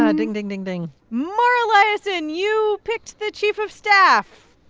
um ding, ding, ding, ding mara liasson, you picked the chief of staff.